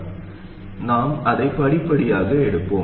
எனவே நாம் அதை படிப்படியாக எடுப்போம்